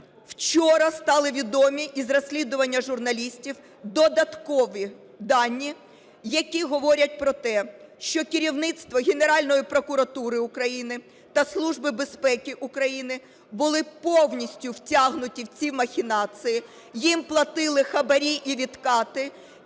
вчора стали відомі із розслідування журналістів додаткові дані, які говорять про те, що керівництво Генеральної прокуратури України та Служби безпеки України були повністю втягнуті в ці махінації. Їм платили хабарі івідкати,